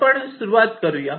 आपण सुरुवात करुया